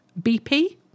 BP